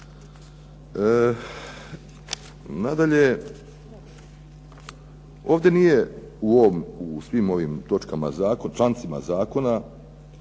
Nadalje, ovdje nije u svim ovim člancima zakona,